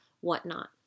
whatnot